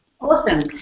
Awesome